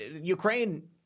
Ukraine